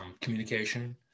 communication